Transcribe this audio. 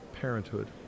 parenthood